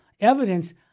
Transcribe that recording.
evidence